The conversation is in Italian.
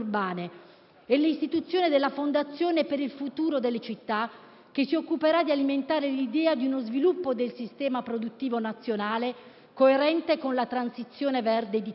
e l'istituzione della fondazione per il futuro delle città, che si occuperà di alimentare l'idea di uno sviluppo del sistema produttivo nazionale coerente con la transizione verde dell'Italia.